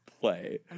play